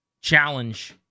challenge